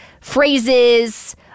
phrases